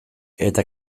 eta